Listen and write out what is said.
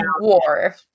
war